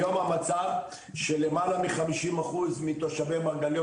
היום המצב שלמעלה מ- 50% מתושבי מרגליות,